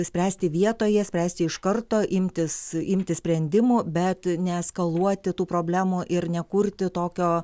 spręsti vietoje spręsti iš karto imtis imtis sprendimų bet neeskaluoti tų problemų ir nekurti tokio